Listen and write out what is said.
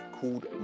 called